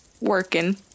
working